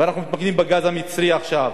ואנחנו מתמקדים בגז המצרי עכשיו,